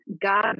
God